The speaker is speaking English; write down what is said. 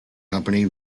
company